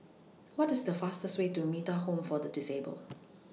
What IS The fastest Way to Metta Home For The Disabled